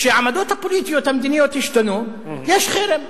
כשהעמדות הפוליטיות המדיניות השתנו, יש חרם.